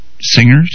singers